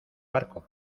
barco